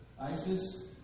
ISIS